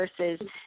versus